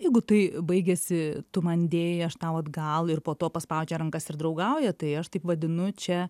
jeigu tai baigiasi tu man dėjai aš tau atgal ir po to paspaudžia rankas ir draugauja tai aš taip vadinu čia